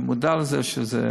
אני מודע לזה,